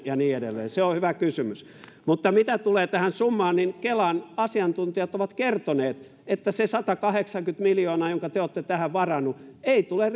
ja niin edelleen se on hyvä kysymys mutta mitä tulee tähän summaan niin kelan asiantuntijat ovat kertoneet että se satakahdeksankymmentä miljoonaa jonka te olette tähän varannut ei tule